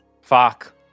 Fuck